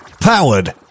powered